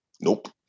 Nope